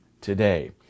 today